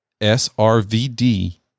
s-r-v-d